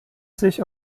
sich